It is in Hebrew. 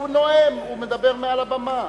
הוא נואם, הוא מדבר מעל הבמה.